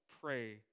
pray